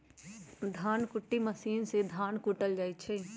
धन कुट्टी मशीन से धान कुटल जाइ छइ